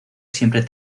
siempre